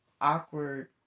awkward